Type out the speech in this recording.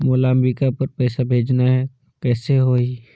मोला अम्बिकापुर पइसा भेजना है, कइसे होही?